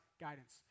guidance